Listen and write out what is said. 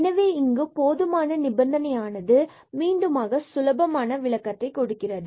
எனவே இங்கு போதுமான நிபந்தனை ஆனது மீண்டும் ஆக சுலபமான விளக்கத்தை கொடுக்கிறது